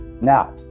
now